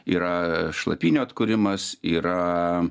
yra šlapynių atkūrimas yra